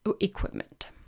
equipment